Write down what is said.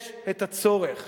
יש צורך